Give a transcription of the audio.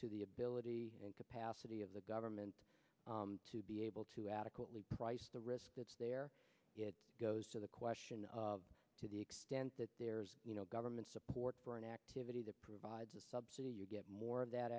to the ability capacity of the government to be able to adequately price the risk that's there it goes to the question of to the extent that there's you know government support for an activity that provides a subsidy you get more of that